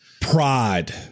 pride